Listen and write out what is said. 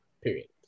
period